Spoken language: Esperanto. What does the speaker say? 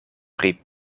pri